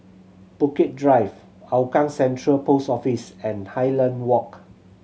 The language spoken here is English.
Bukit Drive Hougang Central Post Office and Highland Walk